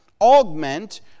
augment